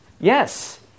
yes